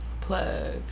Plug